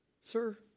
sir